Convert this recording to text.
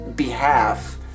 behalf